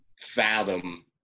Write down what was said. fathom